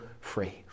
free